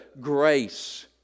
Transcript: grace